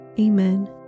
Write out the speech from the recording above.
Amen